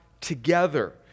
together